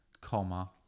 comma